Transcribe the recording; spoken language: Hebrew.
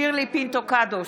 שירלי פינטו קדוש,